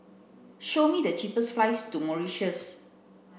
show me the cheapest flights to Mauritius